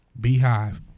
Beehive